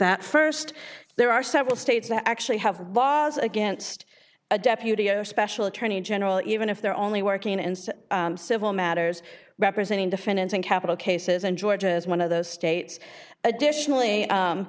that st there are several states that actually have laws against a deputy or special attorney general even if they're only working and civil matters representing defendants in capital cases and georgia is one of those states additionally